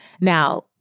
Now